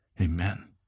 Amen